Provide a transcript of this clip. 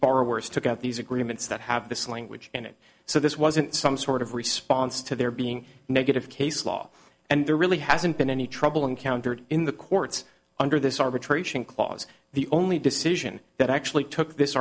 borrowers took out these agreements that have this language in it so this wasn't some sort of response to their being negative case law and there really hasn't been any trouble encountered in the courts under this arbitration clause the only decision that actually took this